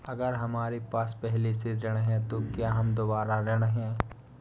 अगर हमारे पास पहले से ऋण है तो क्या हम दोबारा ऋण हैं?